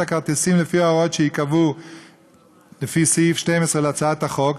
הכרטיסים לפי ההוראות שייקבעו לפי סעיף 12 להצעת החוק.